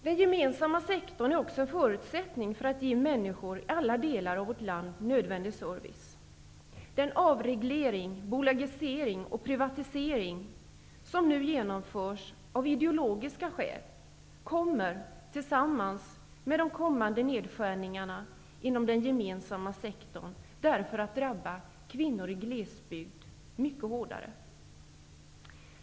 Den gemensamma sektorn är också en förutsättning för att människor i alla delar av vårt land skall få nödvändig service. Den avreglering, bolagisering och privatisering som nu genomförs av ideologiska skäl kommer tillsammans med de kommande nedskärningarna inom den gemensamma sektorn därför att drabba kvinnor i glesbygd mycket hårdare.